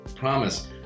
promise